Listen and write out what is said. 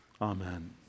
amen